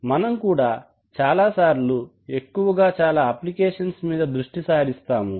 మనం కూడా చాలాసార్లు ఎక్కువగా చాలా అప్లికేషన్స్ మీద దృష్టి సారిస్తాము